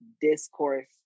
discourse